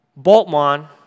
Boltman